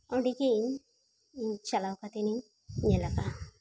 ᱚᱸᱰᱮ ᱜᱮ ᱪᱟᱞᱟᱣ ᱠᱟᱛᱮ ᱤᱧ ᱧᱮᱞᱟᱠᱟᱜᱼᱟ